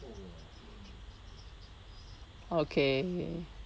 okay